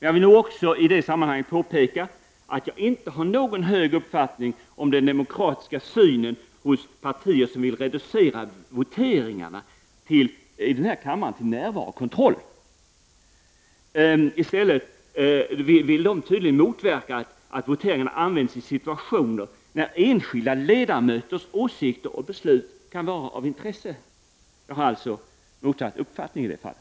Jag vill också i det sammanhanget påpeka att jag inte har någon hög uppfattning om den demokratiska synen hos partier som vill reducera voteringarna i kammaren till närvarokontroll. De vill tydligen i stället motverka att voteringarna används i situationer där enskilda ledamöters åsikter och beslut kan vara av intresse. Jag har alltså motsatt uppfattning i det fallet.